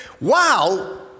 wow